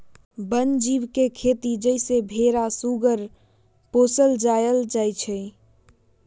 वन जीव के खेती जइसे भेरा सूगर पोशल जायल जाइ छइ